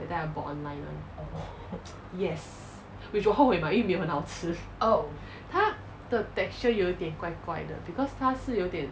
that time I bought online 的 yes which 我后悔买因为没有很好吃它的 texture 有点怪怪的 because 它是有点